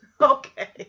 Okay